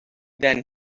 than